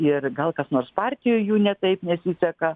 ir gal kas nors partijoj jų ne taip nesiseka